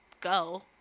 go